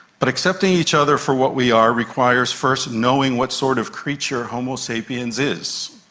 but accepting each other for what we are requires first knowing what sort of creature homo sapiens is.